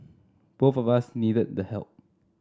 both of us needed the help